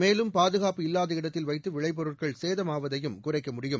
மேலும் பாதுகாப்பு இல்லாத இடத்தில் வைத்து விளைபொருட்கள் சேதமாவதையும் குறைக்க முடியும்